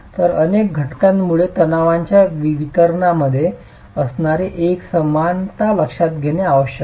तर अनेक घटकांमुळे तणावाच्या वितरणामध्ये असणारी एकसमानता लक्षात घेणे आवश्यक आहे